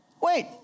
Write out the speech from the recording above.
Wait